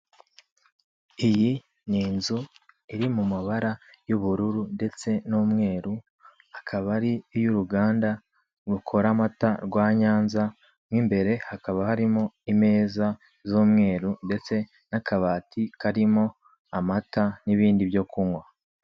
Iyi ni inzu iri mu mabara y'ubururu ndetse n'umweru, akaba ari iy'uruganda rukora amata, rwa Nyanza, mo imbere hakaba harimo imeza z'umweru, ndetse n'akabati karimo amata n'ibindi byo kunywa.